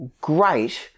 Great